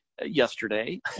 yesterday